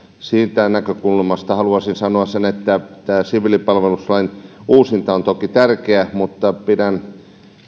siitä näkökulmasta haluaisin sanoa sen että tämä siviilipalveluslain uusinta on toki tärkeä mutta pidän